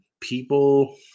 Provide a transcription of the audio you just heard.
people